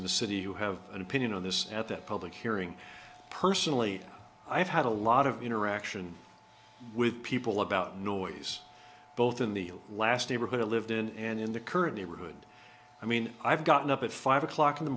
in the city you have an opinion on this at that public hearing personally i've had a lot of interaction with people about noise both in the last neighborhood lived in and in the current neighborhood i mean i've gotten up at five o'clock in the